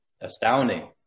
astounding